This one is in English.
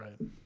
right